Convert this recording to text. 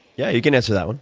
yeah you can answer that